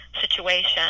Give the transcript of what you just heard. situation